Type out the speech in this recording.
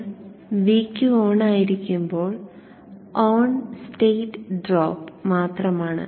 ഇപ്പോൾ Vq ഓണായിരിക്കുമ്പോൾ on state drop മാത്രമാണ്